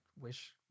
wish